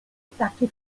attacchi